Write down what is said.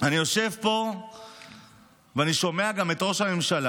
אני יושב פה ואני שומע גם את ראש הממשלה